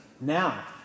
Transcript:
Now